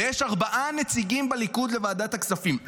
ויש ארבעה נציגים בליכוד לוועדת הכספים,